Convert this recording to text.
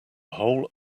whole